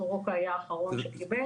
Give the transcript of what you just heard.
סורוקה היה אחרון שקיבל,